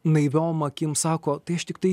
naiviom akim sako tai aš tiktai